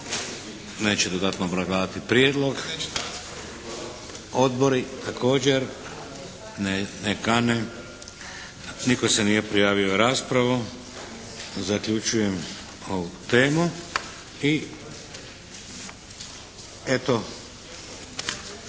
Neće dodatno obrazlagati prijedlog. Odbori također ne kane. Nitko se nije prijavio za raspravu. Zaključujem ovu temu. **Šeks,